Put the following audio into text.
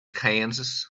kansas